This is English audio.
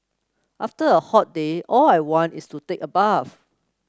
after a hot day all I want is to take a bath